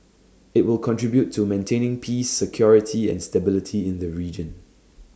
IT will contribute to maintaining peace security and stability in the region